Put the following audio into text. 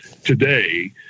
today